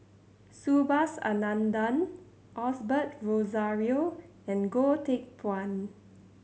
Subhas Anandan Osbert Rozario and Goh Teck Phuan